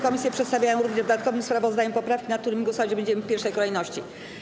Komisje przedstawiają również w dodatkowym sprawozdaniu poprawki, nad którymi głosować będziemy w pierwszej kolejności.